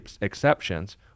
exceptions